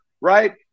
right